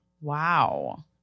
Wow